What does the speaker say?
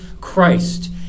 Christ